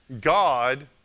God